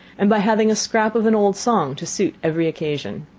and by having a scrap of an old song to suit every occasion.